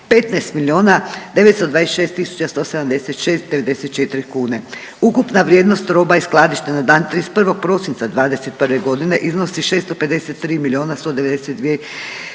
tisuća 176,94 kune. Ukupna vrijednost roba i skladišta na dan 31. prosinca '21.g. iznosi 653 milijuna